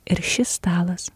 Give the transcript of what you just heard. ir šis stalas